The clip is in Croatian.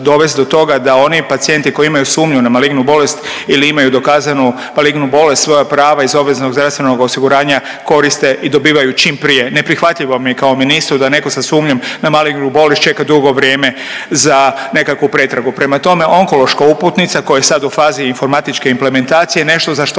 dovesti do toga da oni pacijenti koji imaju sumnju na malignu bolest ili imaju dokazanu malignu bolest, sva ova prava iz obveznog zdravstvenog osiguranja koriste i dobivaju čim prije. Neprihvatljivo mi je kao ministru da netko sa sumnjom na malignu bolest čeka dugo vrijeme za nekakvu pretragu. Prema tome, onkološka uputnica koja je sad u fazi infomratičke implementacije je nešto za što